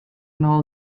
nôl